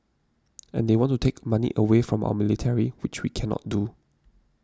and they want to take money away from our military which we cannot do